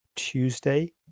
tuesday